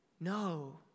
no